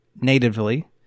natively